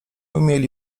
umieli